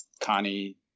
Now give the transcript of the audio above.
connie